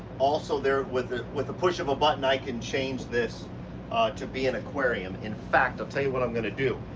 also there with, with the push of a button. i can change this to be an aquarium. in fact, i'll tell you what i'm going to do.